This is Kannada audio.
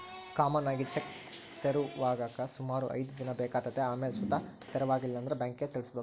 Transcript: ಕಾಮನ್ ಆಗಿ ಚೆಕ್ ತೆರವಾಗಾಕ ಸುಮಾರು ಐದ್ ದಿನ ಬೇಕಾತತೆ ಆಮೇಲ್ ಸುತ ತೆರವಾಗಿಲ್ಲಂದ್ರ ಬ್ಯಾಂಕಿಗ್ ತಿಳಿಸ್ಬಕು